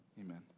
Amen